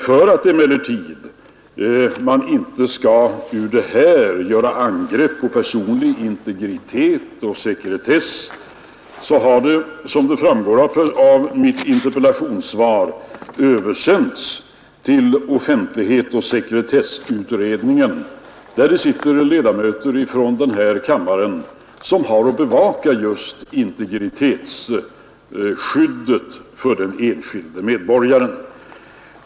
För att man inte genom detta skall göra några angrepp på personlig integritet och sekretess har emellertid, som framgår av mitt interpellationssvar, riksskatteverkets hemställan om att få ta registret i bruk översänts till offentlighetsoch sekretesslagstiftningskommittén, där det sitter ledamöter från denna kammare som har att bevaka just integritetsskyddet för den enskilda medborgaren.